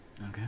Okay